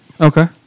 Okay